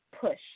push